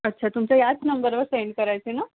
अच्छा तुमच्या याच नंबरवर सेंड करायचे ना